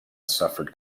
suffered